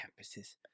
campuses